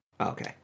Okay